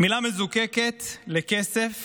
מילה מזוקקת לכסף